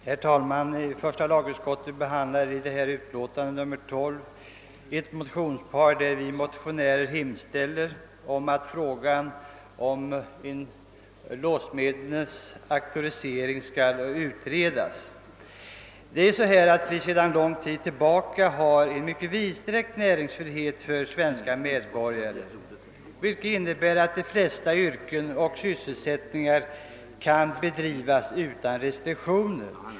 Herr talman! Tredje lagutskottet behandlar i sitt utlåtande nr 12 ett motionspar, i vilket vi motionärer hemställt om att frågan om en låssmedernas auktorisering skall utredas. Sedan lång tid tillbaka finns det en mycket vidsträckt näringsfrihet för svenska medborgare, vilket innebär att de flesta yrken och sysselsättningar kan bedrivas utan restriktioner.